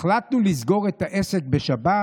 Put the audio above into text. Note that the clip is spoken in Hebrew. החלטנו לסגור את העסק בשבת.